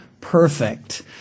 perfect